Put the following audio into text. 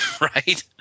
right